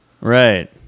Right